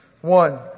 One